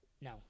No